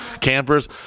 campers